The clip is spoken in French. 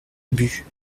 ubu